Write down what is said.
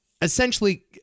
essentially